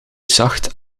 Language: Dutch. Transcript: zacht